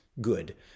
good